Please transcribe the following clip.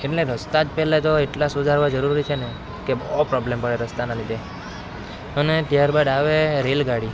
એમને રસ્તા પહેલા તો એટલા સુધારવા જરૂરી છે ને કે બહુ પ્રોબ્લેમ પડે રસ્તાના લીધે અને ત્યારબાદ આવે રેલગાડી